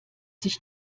sich